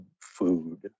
food